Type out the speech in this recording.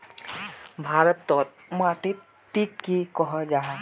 भारत तोत माटित टिक की कोहो जाहा?